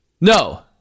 No